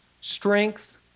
strength